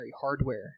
hardware